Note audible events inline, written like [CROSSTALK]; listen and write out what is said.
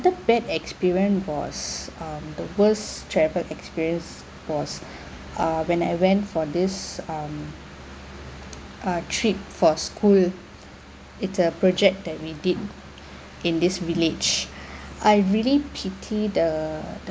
bad experience was um the worst travel experience was [BREATH] uh when I went for this um a trip for school it's a project that we did in this village [BREATH] I really pity the